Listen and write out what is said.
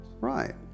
Right